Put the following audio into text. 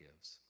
gives